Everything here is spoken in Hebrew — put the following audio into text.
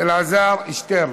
אלעזר שטרן.